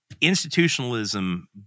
institutionalism